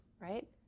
right